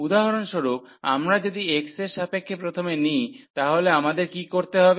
উদাহরণস্বরূপ আমরা যদি x এর সাপেক্ষে প্রথমে নিই তাহলে আমাদের কী করতে হবে